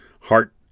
heart